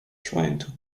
trying